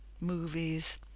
movies